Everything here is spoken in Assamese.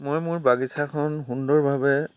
মই মোৰ বাগিচাখন সুন্দৰভাৱে